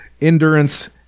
endurance